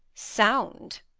sound!